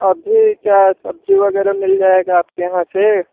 अभी क्या है सब्जी वगैरह मिल जाएगा आपके यहाँ से